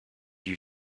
you